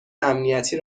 امنیتی